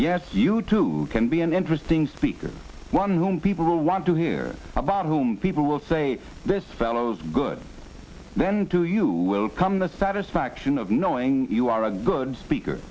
yes you too can be an interesting speaker one whom people want to hear about whom people will say this fellow's good then to you will come the satisfaction of knowing you are a good speaker